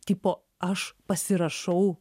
tipo aš pasirašau